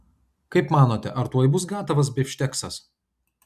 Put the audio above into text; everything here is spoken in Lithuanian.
kaip manote ar tuoj bus gatavas bifšteksas